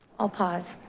i'll pause.